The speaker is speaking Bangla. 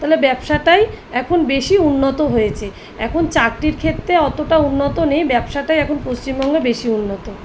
তাহলে ব্যবসাটাই এখন বেশি উন্নত হয়েছে এখন চাকরির ক্ষেত্রে অতটা উন্নত নেই ব্যবসাটাই এখন পশ্চিমবঙ্গে বেশি উন্নত